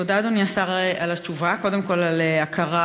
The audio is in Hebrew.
תודה, אדוני השר על התשובה, קודם כול על ההכרה